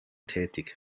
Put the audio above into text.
tätig